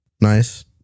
Nice